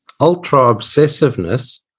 ultra-obsessiveness